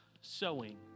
sowing